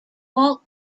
walk